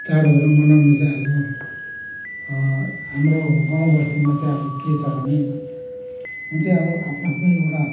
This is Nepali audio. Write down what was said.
चाडहरू मनाउन चाहिँ अब हाम्रो गाउँबस्तीमा चाहिँ अब के छ भने जुन चाहिँ अब आफ्नो आफ्नो एउटा